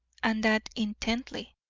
and that intently.